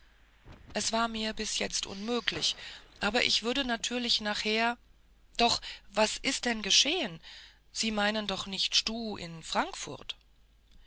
es war mir bis jetzt unmöglich aber ich würde natürlich nachher doch was ist denn geschehen sie meinen doch nicht stuh in frankfurt